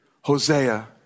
Hosea